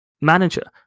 manager